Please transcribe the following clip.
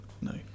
No